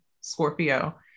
Scorpio